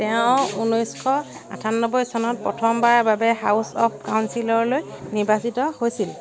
তেওঁ ঊনৈশ আঠানব্বৈ চনত প্ৰথমবাৰৰ বাবে হাউছ অৱ কাউঞ্চিলৰলৈ নিৰ্বাচিত হৈছিল